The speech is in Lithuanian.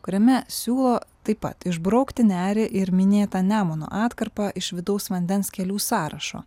kuriame siūlo taip pat išbraukti nerį ir minėtą nemuno atkarpą iš vidaus vandens kelių sąrašo